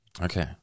Okay